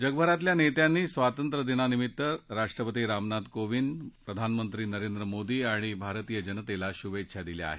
जगभरातल्या नेत्यांनी स्वांतत्र्यदिनानिमित्त राष्ट्रपती रामनाथ कोविंद प्रधानमंत्री नरेंद्र मोदी आणि भारतीय जनतेला शुभेच्छा दिल्या आहेत